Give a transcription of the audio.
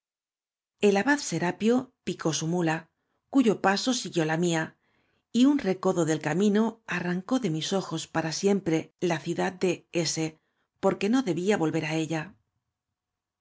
abad sorapio picó su muía cuyo paso siguió la mía y un recodo del camino arrancó de mis ojos para siempre la ciudad de s porque no debía volver á ella